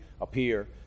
appear